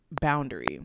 boundary